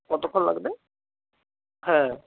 কতক্ষণ লাগবে হ্যাঁ